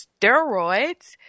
steroids